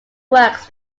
works